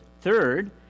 Third